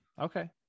Okay